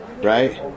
right